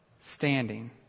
standing